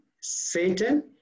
Satan